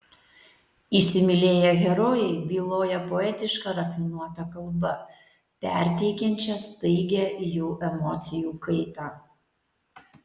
įsimylėję herojai byloja poetiška rafinuota kalba perteikiančia staigią jų emocijų kaitą